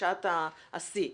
בשעת השיא.